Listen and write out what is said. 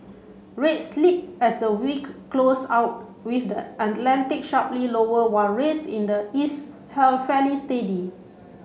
rates slipped as the week closed out with the Atlantic sharply lower while rates in the east held fairly steady